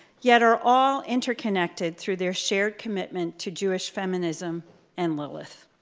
yet are all interconnected through their shared commitment to jewish feminism and lilith.